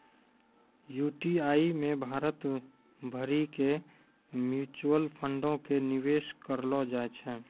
UTI मे भारत भरि के म्यूचुअल फंडो के निवेश करलो जाय छै